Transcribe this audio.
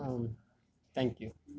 ஆ thank you